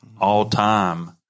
all-time